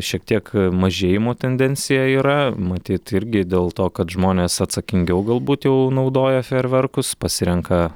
šiek tiek mažėjimo tendencija yra matyt irgi dėl to kad žmonės atsakingiau galbūt jau naudoja fejerverkus pasirenka